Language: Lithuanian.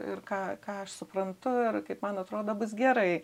ir ką ką aš suprantu ir kaip man atrodo bus gerai